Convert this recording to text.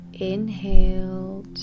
Inhale